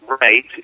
right